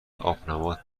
آبنبات